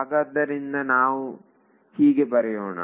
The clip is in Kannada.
ಹಾಗಾದ್ದರಿಂದ ನಾವು ಹೀಗೆ ಬರೆಯೋಣ